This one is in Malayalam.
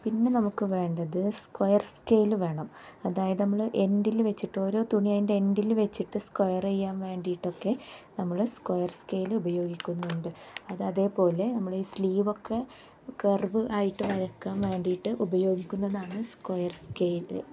പിന്നെ നമുക്ക് വേണ്ടത് സ്ക്വയർ സ്കെയില് വേണം അതായത് നമ്മൾ എൻഡിൽ വെച്ചിട്ട് ഓരോ തുണി അതിൻ്റെ എൻറിൽ വെച്ചിട്ട് സ്ക്വയർ ചെയ്യാൻ വേണ്ടിയിട്ടൊക്കെ നമ്മൾ സ്ക്വയർ സ്കെയില് ഉപയോഗിക്കുന്നുണ്ട് അത് നമ്മൾ ഈ സ്ലീവൊക്കെ കർവ് ആയിട്ട് വരക്കാൻ വേണ്ടിയിട്ട് ഉപയോഗിക്കുന്നതാണ് സ്ക്വയർ സ്കെയില്